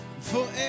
Forever